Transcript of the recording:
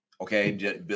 Okay